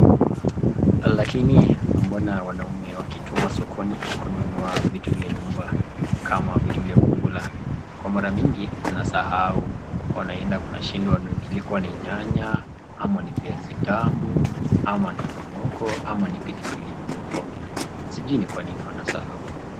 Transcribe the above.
Lakiniii... mbona wanaume wakitumwa sokoni kununua vitu vya nyumba kama vitu vya kukula, kwa mara mingi, wanasahau, wanaenda kunashindwa ndo ilikuwa ni nyanya ama ni viazi tamu ama ni tomoko ama ni pilipili hoho. Sijui ni kwa nini wanasahau.